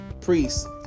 priests